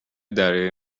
دریای